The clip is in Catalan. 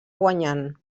guanyant